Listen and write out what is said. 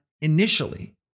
initially